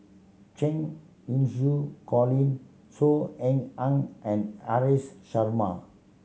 Cheng Xinru Colin Saw Ean Ang and Haresh Sharma